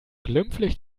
glimpflich